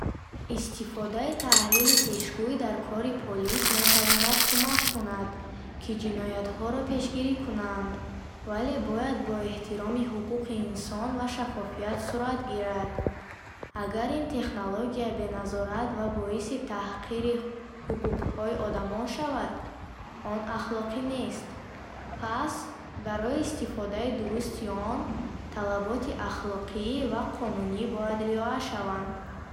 Истифодаи таҳлили пешгӯӣ дар кори полис метавонад кӯмак кунад, ки ҷиноятҳоро пешгирӣ кунанд, вале бояд бо эҳтироми ҳуқуқи инсон ва шаффофият сурат гирад. Агар ин технология бе назорат ва боиси таҳқири ҳуқуқҳои одамон шавад, он ахлоқӣ нест. Пас, барои истифодаи дурусти он, талаботи ахлоқӣ ва қонунӣ бояд риоя шаванд.